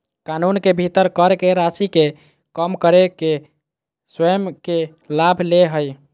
कानून के भीतर कर के राशि के कम करे ले स्वयं के लाभ ले हइ